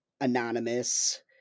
anonymous